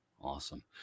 Awesome